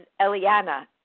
Eliana